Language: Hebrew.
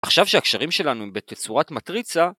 עכשיו שהקשרים שלנו הם בתצורת מטריצה